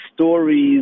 stories